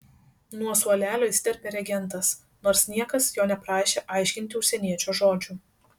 nuo suolelio įsiterpė regentas nors niekas jo neprašė aiškinti užsieniečio žodžių